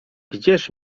gdzież